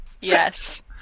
Yes